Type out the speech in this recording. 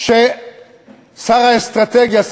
ששר האסטרטגיה,